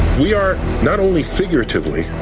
we are not only figuratively,